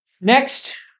Next